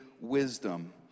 wisdom